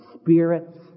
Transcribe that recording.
spirits